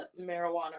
marijuana